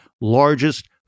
largest